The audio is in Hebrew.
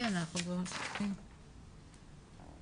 אני חייב לומר שאנחנו כבר כשלוש שעות בישיבה ואני שומע יותר איך